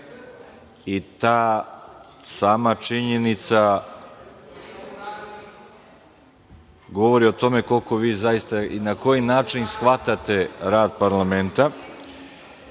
reč. Ta sama činjenica govori o tome koliko vi zaista i na koji način shvatate rad parlamenta